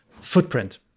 footprint